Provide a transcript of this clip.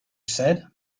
said